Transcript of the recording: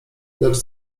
lecz